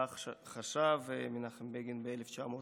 כך חשב מנחם בגין ב-1952,